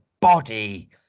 body